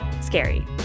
scary